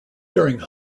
during